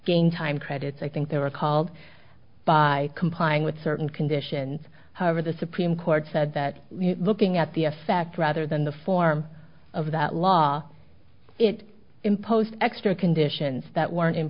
gain time credits i think they were called by complying with certain conditions however the supreme court said that looking at the effect rather than the form of the law it imposed extra conditions that weren't in